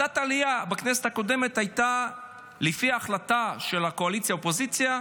בכנסת הקודמת, לפי החלטת הקואליציה והאופוזיציה,